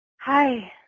Hi